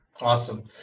Awesome